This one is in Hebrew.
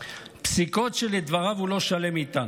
פסיקות שלדבריו הוא לא שלם איתן.